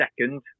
second